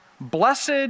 blessed